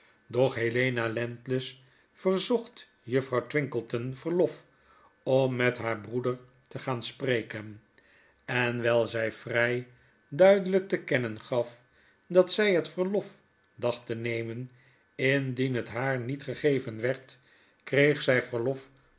doch helena landless verzocht juffrouw twinkleton verlof om met haar broeder te gaan spreken en wyl zy vry duideljjk te kennen gaf dat zy het verlof dacht te nemen indien het haar niet gegeven werd kreeg zy verlof